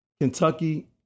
Kentucky